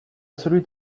celui